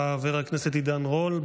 חבר הכנסת עידן רול.